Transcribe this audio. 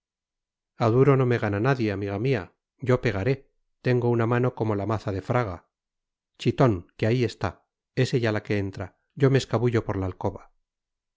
duro no me gana nadie amiga mía yo pegaré tengo una mano como la maza de fraga chitón que ahí está es ella la que entra yo me escabullo por la alcoba